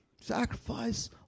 Sacrifice